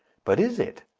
but is it?